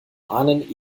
ahnen